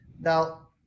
Now